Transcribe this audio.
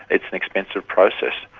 it's an expensive process,